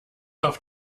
auf